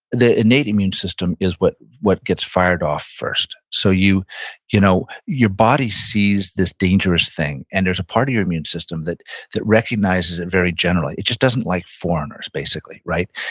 the innate immune system is what what gets fired off first, so you know your body sees this dangerous thing and there's a part of your immune system that that recognizes it very generally. it just doesn't like foreigners, basically, right?